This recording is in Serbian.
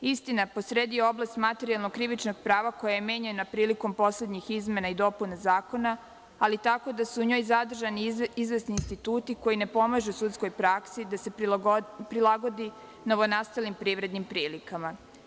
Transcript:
Istina, po sredi je oblast materijalno krivičnog prava koja je menjano prilikom poslednjih izmena i dopuna zakona, ali tako da su u njoj zadržani izvesni instituti koji ne pomažu sudskoj praksi da se prilagodi novonastalim privrednim prilikama.